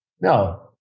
No